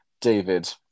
David